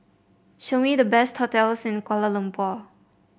show me the best hotels in Kuala Lumpur